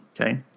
Okay